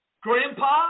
Grandpa